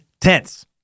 tense